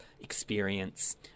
experience